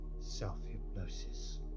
self-hypnosis